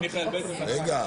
בפריפריה.